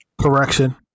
Correction